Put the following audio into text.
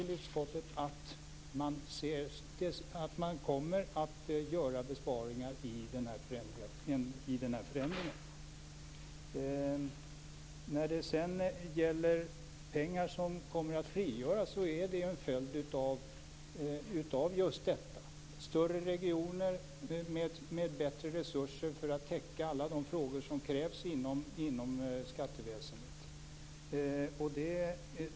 Jag är säker på att alla som är med i debatten i dag var närvarande när det framfördes. Att pengar kommer att frigöras är en följd av just detta. Det blir större regioner med bättre resurser för att täcka alla de frågor som krävs inom skatteväsendet.